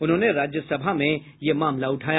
उन्होंने राज्यसभा में ये मामला उठाया